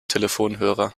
telefonhörer